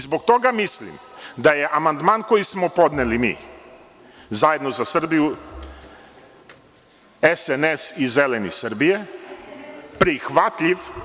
Zbog toga mislim da je amandman koji smo podneli mi - Zajedno za Srbiju SNS i Zeleni Srbije prihvatljiv…